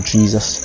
Jesus